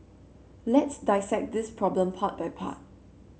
let's dissect this problem part by part